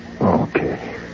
Okay